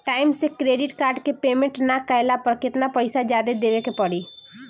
Time से credit card के payment ना कैला पर केतना पईसा जादे देवे के पड़ी?